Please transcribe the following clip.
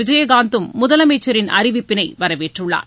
விஜயகாந்தும் முதலமைச்சரின் அறிவிப்பினை வரவேற்றுள்ளார்